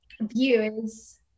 viewers